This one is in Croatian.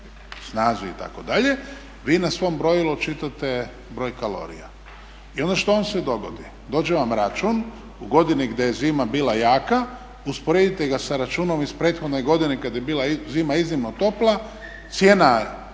snazi itd. vi na svom brojili očitate broj kalorija. I onda što vam se dogodi, dođe vam račun u godini gdje je zima bila jaka, usporedite ga sa računom iz prethodne godine kada je bila zima iznimno topla, cijena